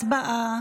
הצבעה.